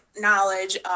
knowledge